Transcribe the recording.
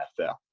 NFL